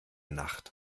nacht